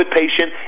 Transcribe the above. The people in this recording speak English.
patient